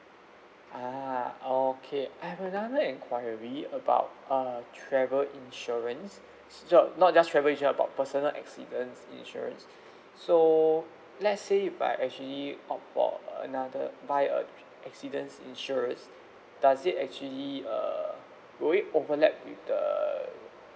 ah okay I have another enquiry about uh travel insurance not not just travel insurance but personal accidents insurance so let's say if I actually opt for another buy a accidents insurance does it actually uh will it overlap with the